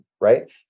right